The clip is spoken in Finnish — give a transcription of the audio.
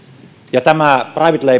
ja nämä private label